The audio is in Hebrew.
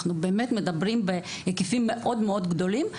אנחנו באמת מדברים בהיקפים מאוד מאוד גדולים,